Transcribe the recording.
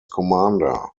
commander